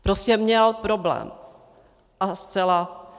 Prostě měl problém, a zcela.